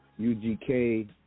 UGK